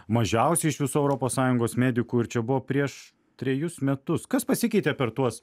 mažiausiai iš visų europos sąjungos medikų ir čia buvo prieš trejus metus kas pasikeitė per tuos